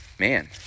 man